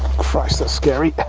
christ! that's scary.